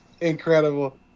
Incredible